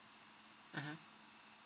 mmhmm